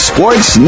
Sports